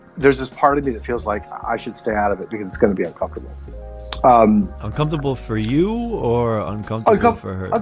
there's this part of me that feels like i should stay out of it because it's going to be uncomfortable it's um uncomfortable for you or uncomfortable um for her.